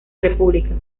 república